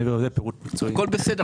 הכול בסדר.